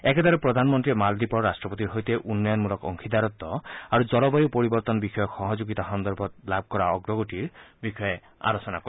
একেদৰে প্ৰধানমন্ত্ৰীয়ে মালদ্বীপৰ ৰাট্টপতিৰ সৈতে উন্নয়নমূলক অংশীদাৰত্ব আৰু জলবায়ু পৰিৱৰ্তন বিষয়ক সহযোগিতা সন্দৰ্ভত লাভ কৰা অগ্ৰগতিৰ বিষয়ে আলোচনা কৰে